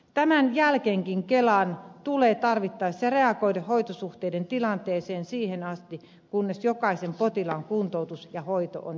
tämän jälkeenkin kelan tulee tarvittaessa reagoida hoitosuhteiden tilanteeseen siihen asti kunnes jokaisen potilaan kuntoutus ja hoito on järjestetty